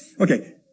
Okay